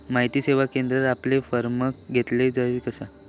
माहिती सेवा केंद्रात आमचे फॉर्म घेतले जातात काय?